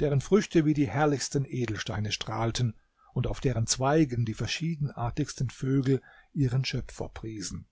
deren früchte wie die herrlichsten edelsteine strahlten und auf deren zweigen die verschiedenartigsten vögel ihren schöpfer priesen